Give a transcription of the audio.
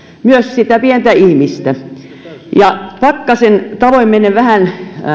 myös sitä pientä ihmistä pakkasen tavoin menen vähän